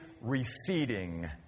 receding